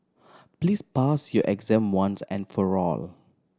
please pass your exam once and for all